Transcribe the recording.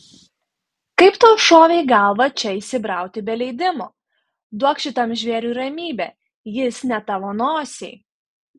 kaip tau šovė į galvą čia įsibrauti be leidimo duok šitam žvėriui ramybę jis ne tavo nosiai